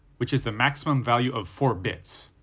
which is the maximum value of four bits,